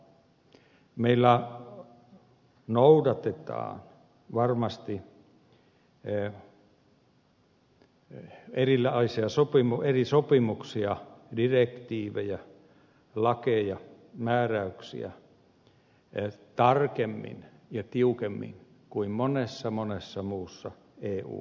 meillä noudatetaan varmasti eri sopimuksia direktiivejä lakeja määräyksiä tarkemmin ja tiukemmin kuin monessa monessa muussa eu maassa